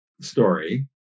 story